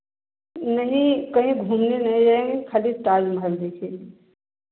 नहीं कहीं घूमने नहीं जाएँगे खाली ताज महल देखेंगे